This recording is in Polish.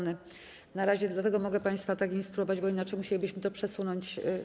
Na razie mogę państwa tak instruować, bo inaczej musielibyśmy to przesunąć.